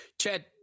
Chad